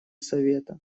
совета